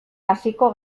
hasiko